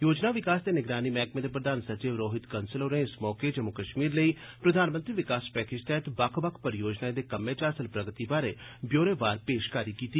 योजना विकास ते निगरानी मैह्कमे दे प्रधान संचिव रोहित कन्सल होरें इस मौके जम्मू कश्मीर लेई प्रधानमंत्री विकास पैकेज तैह्त बक्ख बक्ख परियोजनाएं दे कम्में च हासल प्रगति बारै ब्यौरेवार पेशकारी कीती